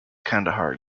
kandahar